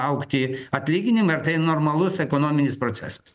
augti atlyginimai ir tai normalus ekonominis procesas